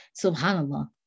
subhanAllah